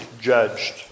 judged